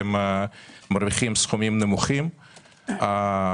שאם הם ירוויחו עוד 400 שקל בחודש,